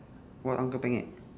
what uncle penyet